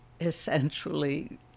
essentially